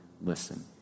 listen